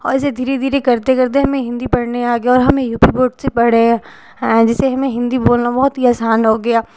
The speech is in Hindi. और ये धीरे धीरे करते करते हमें हिंदी पढ़ने आ गया और हमें यू पी बोर्ड से पढ़े हैं जिसे हमें हिंदी बोलना बहुत ही आसान हो गया